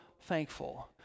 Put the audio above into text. thankful